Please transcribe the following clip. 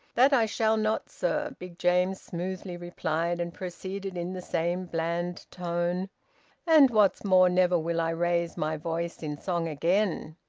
that i shall not, sir, big james smoothly replied, and proceeded in the same bland tone and what's more, never will i raise my voice in song again!